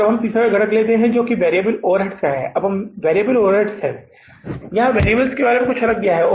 अब हम तीसरा घटक लेते हैं जो कि वैरिएबल ओवरहेड्स है अब वैरिएबल ओवरहेड्स है यहां वेरिएबल के बारे में कुछ अलग दिया गया है